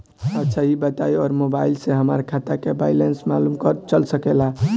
अच्छा ई बताईं और मोबाइल से हमार खाता के बइलेंस मालूम चल सकेला?